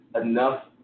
enough –